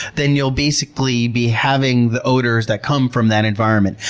then you'll basically be having the odors that come from that environment.